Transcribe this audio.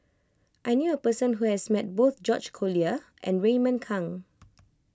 I knew a person who has met both George Collyer and Raymond Kang